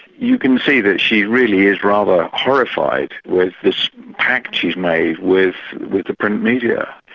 you can see that she really is rather horrified with this pact she's made with with the print media.